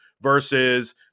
versus